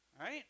right